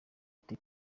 uti